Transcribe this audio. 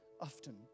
often